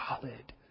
solid